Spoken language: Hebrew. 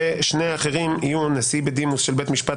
ושני האחרים יהיו נשיא בדימוס של בית משפט